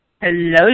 Hello